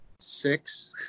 Six